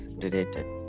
related